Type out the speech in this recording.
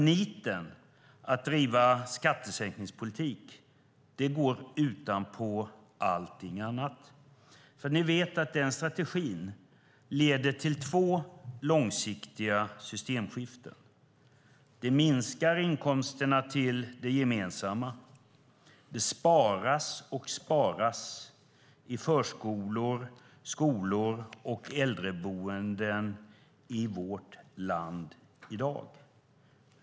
Niten att driva skattesänkningspolitik går utanpå allting annat, för ni vet att den strategin leder till två långsiktiga systemskiften. Den minskar inkomsterna till det gemensamma. Det sparas och sparas på förskolor, skolor och äldreboenden i vårt land i dag.